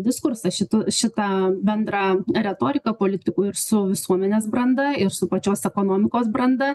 diskursą šitu šitą bendrą retoriką politikų ir su visuomenės branda ir su pačios ekonomikos branda